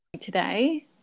today